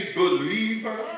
believer